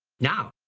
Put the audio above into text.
now,